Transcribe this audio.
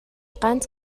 ганц